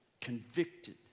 convicted